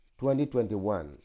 2021